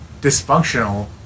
dysfunctional